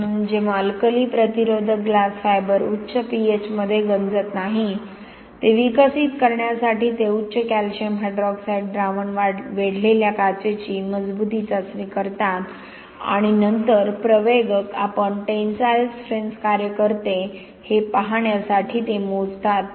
म्हणून जेव्हा अल्कली प्रतिरोधक ग्लास फायबर उच्च PH मध्ये गंजत नाही ते विकसित करण्यासाठी ते उच्च कॅल्शियम हायरॉड्क्साईड द्रावण वेढलेल्या काचेची मजबुती चाचणी करतात आणि नंतर प्रवेगक आपण टेन्साइलस्ट्रेन्थ्स कार्य करते हे पाहण्यासाठी ते मोजतात